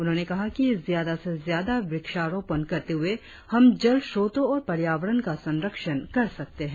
उन्होंने कहा कि ज्यादा से ज्यादा वृक्षारोपण करते हुए हम जल स्रोतो और पर्यावरण का संरक्षण कर सकते है